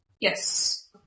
Yes